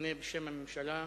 עונה בשם הממשלה.